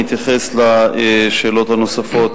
אני אתייחס לשאלות הנוספות.